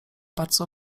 bardzo